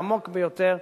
העמוק ביותר,